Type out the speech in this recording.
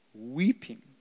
weeping